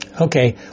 Okay